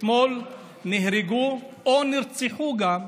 אתמול נהרגו, או נרצחו, גם,